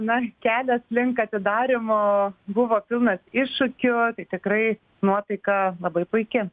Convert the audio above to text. na kelias link atidarymo buvo pilnas iššūkių tai tikrai nuotaika labai puiki